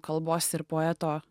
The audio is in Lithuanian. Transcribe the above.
kalbos ir poeto